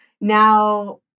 now